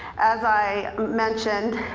as i mentioned,